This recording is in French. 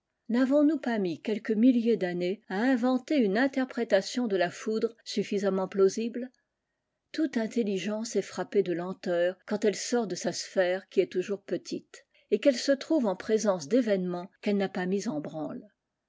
n'avons-nous pas mis quelques milliers d'années à inventer une interprétation de la foudre suffisamment plausible toute intelligence est frappée de lenteur quand elle sort de sa sphère qui est foujours petite et qu'elle se trouve en présence d'événements qu'elle n'a pas mis en branle